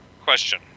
Question